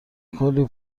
کلی